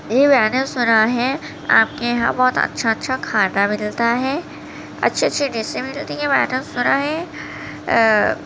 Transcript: جی میں نے سنا ہے آپ کے یہاں بہت اچھا اچھا کھانا ملتا ہے اچھے اچھے ڈشیں ملتی ہیں میں نے سنا ہے